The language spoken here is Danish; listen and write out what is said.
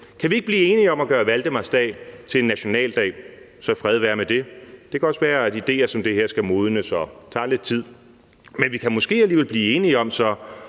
Kan vi ikke blive enige om at gøre valdemarsdag til nationaldag, så fred være med det. Det kan også være, at ideer som den her skal modnes og tager lidt tid. Men vi kan måske alligevel blive enige om at